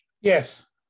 Yes